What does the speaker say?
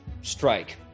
strike